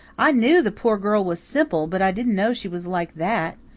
i knew the poor girl was simple, but i didn't know she was like that.